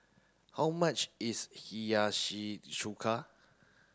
how much is Hiyashi Chuka